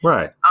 Right